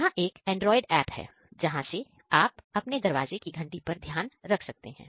यह एक androidapp है जहां से आप अपने दरवाजे की घंटी पर ध्यान रख सकते हैं